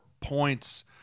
points